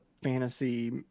Fantasy